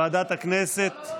ועדת הכנסת.